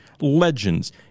legends